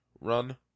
run